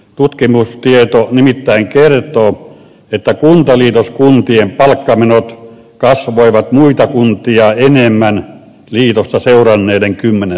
tutkimustieto nimittäin kertoo että kuntaliitoskuntien palkkamenot kasvoivat muita kuntia enemmän liitosta seuranneiden kymmenen vuoden aikana